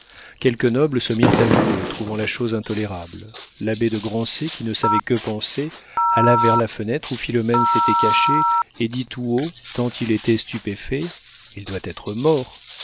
quelques nobles se mirent à jouer trouvant la chose intolérable l'abbé de grancey qui ne savait que penser alla vers la fenêtre où philomène s'était cachée et dit tout haut tant il était stupéfait il doit être mort